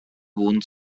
wurden